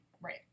Right